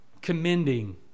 commending